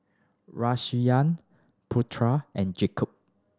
Raisya Putera and Yaakob